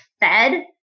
fed